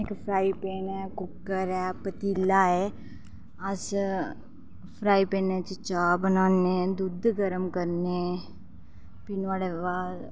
इक fry pan ऐ cooker ऐ पतीला अस फ्राई पैना च चा बनाने दुद्ध गर्म करने फ्ही नुआढ़े बाद